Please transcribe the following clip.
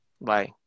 Bye